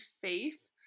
faith